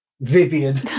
Vivian